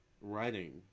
writing